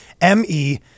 M-E